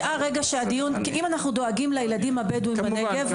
אם אנחנו דואגים לילדים הבדואים בנגב,